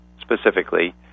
specifically